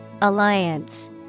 Alliance